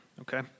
okay